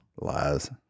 Lies